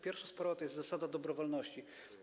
Pierwsza sprawa to jest zasada dobrowolności.